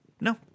no